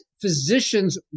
physicians